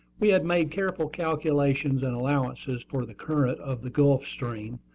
we had made careful calculations and allowances for the current of the gulf stream,